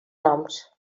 noms